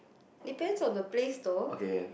depends on the place though